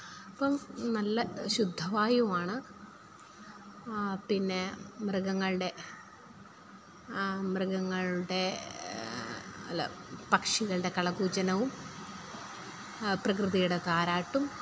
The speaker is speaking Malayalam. അപ്പം നല്ല ശുദ്ധവായുവാണ് പിന്നെ മൃഗങ്ങളുടെ മൃഗങ്ങളുടെ അല്ല പക്ഷികളുടെ കളകൂജനവും പ്രകൃതിയുടെ താരാട്ടും